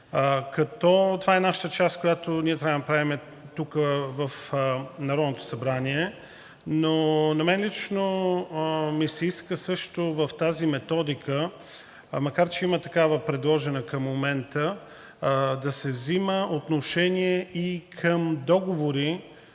това е нашата част, която ние трябва да направим в Народното събрание. На мен лично ми се иска също в тази методика, макар че има такава предложена към момента, да се взема отношение и към договори,